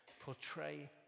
portray